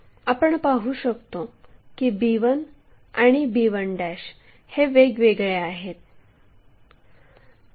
आपण पाहू शकतो की b1 आणि b1 हे वेगवेगळे आहेत